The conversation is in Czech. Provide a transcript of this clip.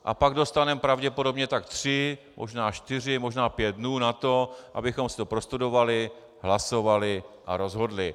A pak dostaneme pravděpodobně tak tři, možná čtyři, možná pět dnů na to, abychom si to prostudovali, hlasovali a rozhodli.